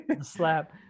slap